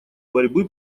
борьбы